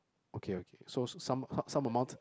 okay okay so some some amount